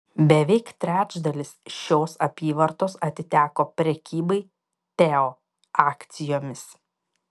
beveik trečdalis šios apyvartos atiteko prekybai teo akcijomis